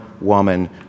woman